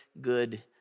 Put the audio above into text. good